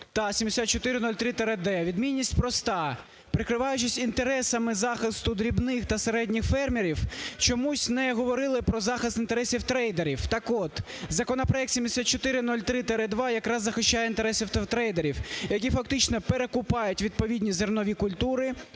та 7403-д. Відмінність проста. Прикриваючись інтересами захисту дрібних та середніх фермерів, чомусь не говорили про захист інтересів трейдерів. Так от, законопроект 7403-2 якраз захищає інтереси трейдерів, які фактично перекупають відповідні зернові культури,